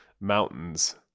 mountains